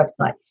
website